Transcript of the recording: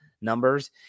numbers